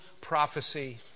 prophecy